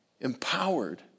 empowered